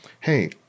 hey